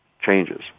changes